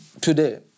today